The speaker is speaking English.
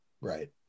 Right